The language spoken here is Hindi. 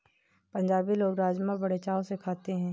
पंजाबी लोग राज़मा बड़े चाव से खाते हैं